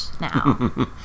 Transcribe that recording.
now